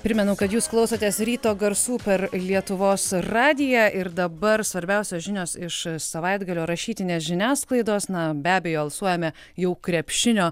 primenu kad jūs klausotės ryto garsų per lietuvos radiją ir dabar svarbiausios žinios iš savaitgalio rašytinės žiniasklaidos na be abejo alsuojame jau krepšinio